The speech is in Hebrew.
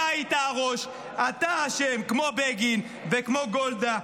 אתה היית הראש, אתה האשם, כמו בגין וכמו גולדה.